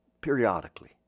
periodically